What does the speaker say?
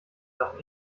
darf